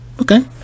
okay